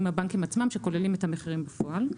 הבנקים עצמם שכוללים את המחירים בפועל.